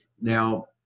Now